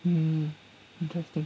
mm interesting